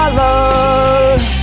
love